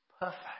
perfect